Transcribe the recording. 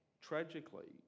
Tragically